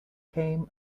came